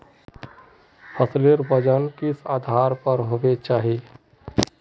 फसलेर वजन किस आधार पर होबे चही?